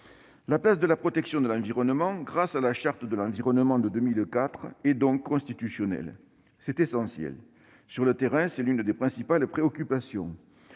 La place de la protection de l'environnement, grâce à la Charte de l'environnement de 2004, est donc constitutionnelle. C'est essentiel. Sur le terrain, c'est l'une des principales préoccupations.